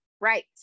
right